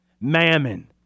mammon